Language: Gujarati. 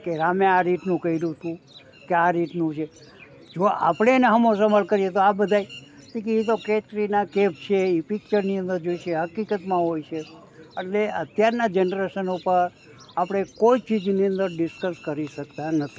કે રામે આ રીતનું કર્યું હતું કે આ રીતનું છે જો આપણે એને સામો સવાલ કરીએ તો આ બધા તોકે એતો કેટરીના કૈફ છે એ પિચરની અંદર જ હોય છે હકીકતમાં હોય છે એટલે અત્યારના જનરેશન ઉપર આપણે કોઈ ચીજની અંદર ડિસક્સ કરી શકતા નથી